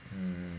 mm